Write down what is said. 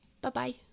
Bye-bye